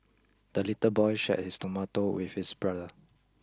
the little boy shared his tomato with his brother